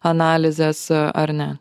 analizės ar ne